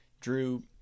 drew